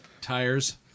tires